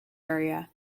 area